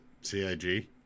CIG